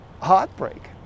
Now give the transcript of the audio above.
heartbreak